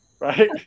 right